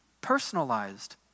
personalized